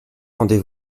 rendez